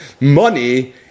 money